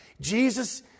Jesus